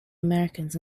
americans